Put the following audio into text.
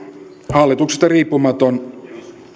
hallituksesta riippumaton